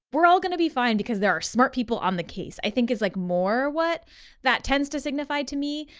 we're all going to be fine, because there are smart people on the case. i think is like more what that tends to signify to me,